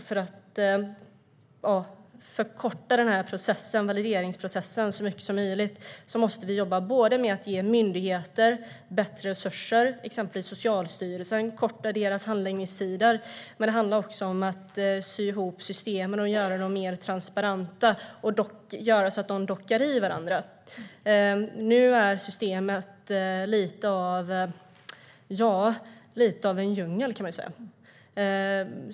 För att förkorta valideringsprocessen så mycket som möjligt måste vi jobba både med att ge myndigheter bättre resurser, exempelvis så att Socialstyrelsens handläggningstider kan förkortas och att genom att sy ihop systemen och göra dem mer transparenta så att de dockar i varandra. Nu är systemet lite av en djungel.